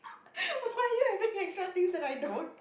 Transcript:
why are you having extra things that I don't